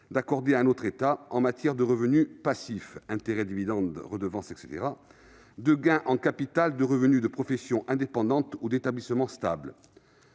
d'accorder à un autre État en matière de revenus passifs- intérêts, dividendes et redevances -, de gains en capital, de revenus de professions indépendantes ou d'établissement stable.